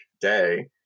day